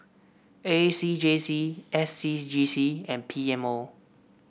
A C J C S C G C and P M O